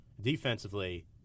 Defensively